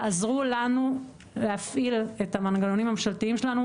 תעזרו לנו להפעיל את המנגנונים הממשלתיים שלנו,